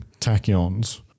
tachyons